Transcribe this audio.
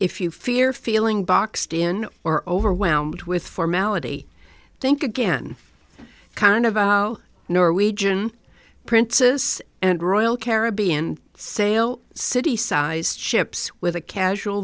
if you fear feeling boxed in or overwhelmed with formality think again kind of norwegian princes and royal caribbean sail city sized ships with a casual